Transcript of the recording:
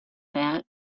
that